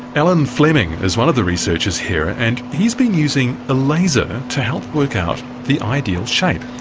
alan fleming is one of the researchers here, and he's been using a laser to help work out the ideal shape.